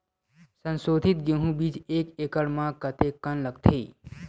संसोधित गेहूं बीज एक एकड़ म कतेकन लगथे?